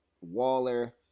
Waller